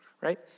right